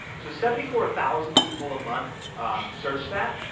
so seventy four thousand people a month search that.